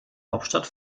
hauptstadt